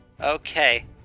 Okay